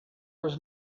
was